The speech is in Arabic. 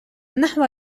نحو